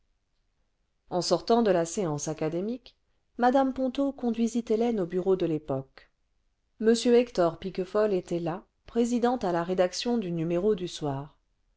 en sortant de la séance académique mme ponto conduisit hélène aux bureaux de y époque m hector piquefol était là présidant à la rédaction du numéro du soir